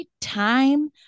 time